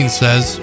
says